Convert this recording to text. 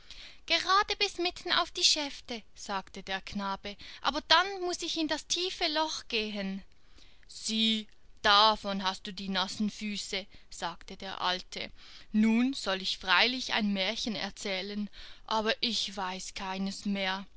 gerade bis mitten auf die schäfte sagte der knabe aber dann muß ich in das tiefe loch gehen sieh davon hast du die nassen füße sagte der alte nun soll ich freilich ein märchen erzählen aber ich weiß keines mehr